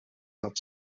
not